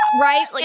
right